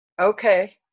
Okay